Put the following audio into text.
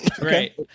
Great